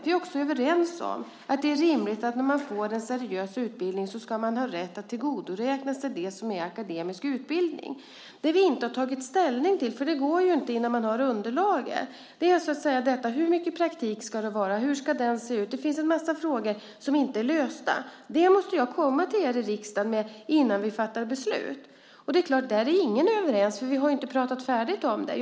Vi är också överens om att det är rimligt att man, när man får en seriös utbildning, ska ha rätt att tillgodoräkna sig det som är akademisk utbildning. Det vi inte har tagit ställning till, för det går ju inte innan man har underlaget, är hur mycket praktik det ska vara och hur den ska se ut. Det finns en massa frågor som inte är lösta. Det måste jag komma till er i riksdagen med innan vi fattar beslut. Och där är ingen överens, för vi har inte pratat färdigt om det.